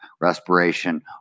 respiration